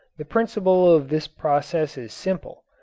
the principle of this process is simple.